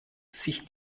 sich